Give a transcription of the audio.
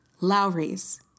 Lowry's